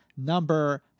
number